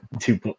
two